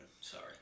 Sorry